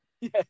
Yes